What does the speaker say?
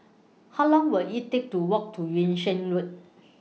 How Long Will IT Take to Walk to Yung Sheng Road